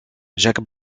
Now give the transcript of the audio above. jacques